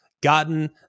gotten